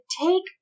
take